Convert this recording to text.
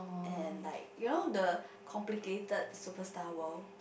and like you know the complimented superstar world